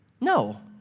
No